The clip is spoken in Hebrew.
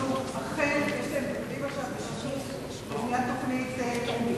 אכן יש להם תוכנית לבניית תוכנית לאומית.